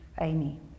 Amy